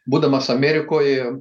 būdamas amerikoj